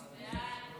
הצעת ועדת